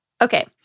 okay